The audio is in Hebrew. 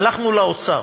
הלכנו לאוצר,